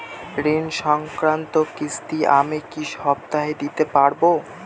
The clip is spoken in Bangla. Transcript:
ঋণ সংক্রান্ত কিস্তি আমি কি সপ্তাহে দিতে পারবো?